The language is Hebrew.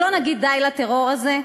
לא נגיד די לטרור הזה?